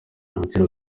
agaciro